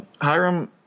Hiram